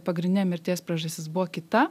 pagrindinė mirties priežastis buvo kita